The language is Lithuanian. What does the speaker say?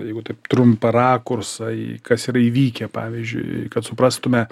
jeigu taip trumpą rakursą į kas yra įvykę pavyzdžiui kad suprastume